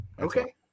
okay